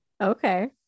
Okay